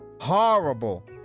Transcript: Horrible